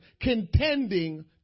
Contending